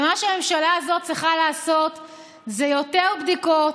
מה שהממשלה הזו צריכה לעשות זה יותר בדיקות,